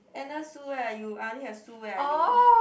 Anna Su where are you I only have Sue where are you